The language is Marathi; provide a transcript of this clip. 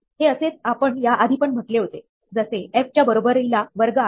हे असेच आपण या पण आधी म्हटले होते जसे f च्या बरोबरीला वर्ग आहे